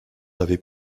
avez